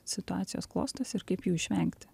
situacijos klostosi ir kaip jų išvengti